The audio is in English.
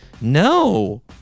no